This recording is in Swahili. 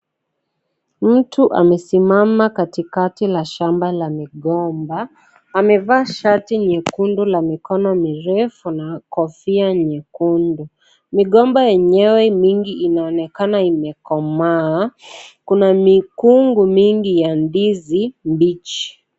Mtu amesimama katika la shamba la migomba. Amevaa shati nyekundu la mikono mirefu na kofia nyekundu. Migomba yenyewe mingi inaonekana imekomaa. Kuna mikungu mingi ya ndizi mbichi.